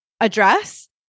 address